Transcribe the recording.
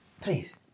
Please